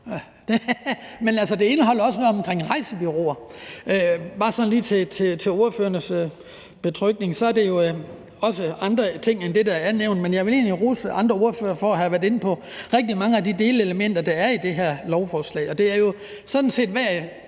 men det indeholder også noget om rejsebureauer. Til ordførernes orientering er der nemlig også andre ting end det, der er nævnt. Men jeg vil egentlig rose andre ordførere for at have været inde på rigtig mange af de delelementer, der er i det her lovforslag. Det er sådan set hver